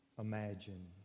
Imagine